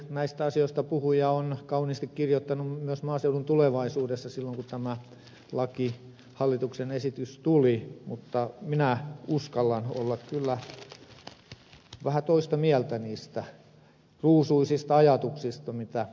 kalmari näistä asioista puhui ja on kauniisti kirjoittanut myös maaseudun tulevaisuudessa silloin kun tämä hallituksen esitys tuli mutta minä uskallan olla kyllä vähän toista mieltä niistä ruusuisista ajatuksista mitä ed